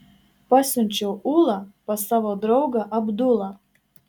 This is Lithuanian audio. pasiunčiau ulą pas savo draugą abdulą